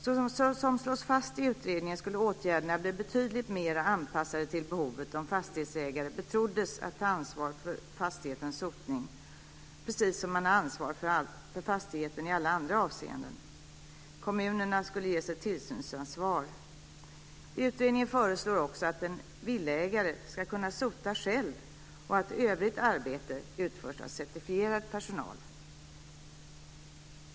Såsom slås fast i utredningen skulle åtgärderna bli betydligt mer anpassade till behovet om fastighetsägare betroddes att ta ansvar för fastighetens sotning, precis som de har ansvar för fastigheten i alla andra avseenden. Kommunerna skulle ges ett tillsynsansvar. Utredningen föreslår också att en villaägare ska kunna sota själv och att övrigt arbete utförs av certifierad personal.